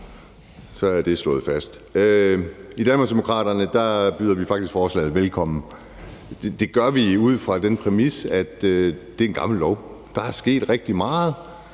Så er det slået fast. I Danmarksdemokraterne byder vi faktisk forslaget velkommen, og det gør vi ud fra den præmis, at det er en gammel lov, og at der er sket rigtig meget,